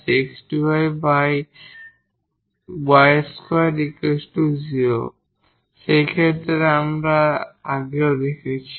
সেই টার্মটিও আমরা আগে দেখেছি